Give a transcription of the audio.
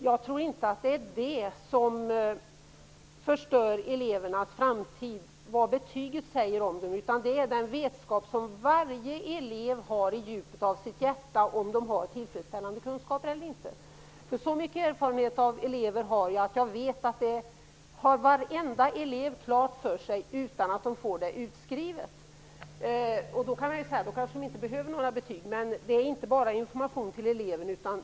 Jag tror inte att det är betygen som förstör elevernas framtid. Varje elev har i djupet av sitt hjärta vetskap om att de har tillfredsställande kunskaper eller inte. Jag har så mycket erfarenhet av elever att jag vet att varenda elev har detta klart för sig utan att de får det utskrivet. Då kan man säga att de inte behöver några betyg, men det handlar inte bara om information till eleverna.